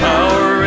Power